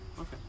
Okay